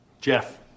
jeff